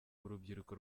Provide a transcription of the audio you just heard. urubyiruko